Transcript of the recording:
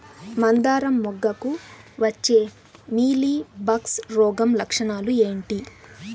మందారం మొగ్గకు వచ్చే మీలీ బగ్స్ రోగం లక్షణాలు ఏంటి?